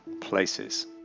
places